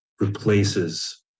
replaces